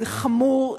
זה חמור,